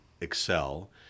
excel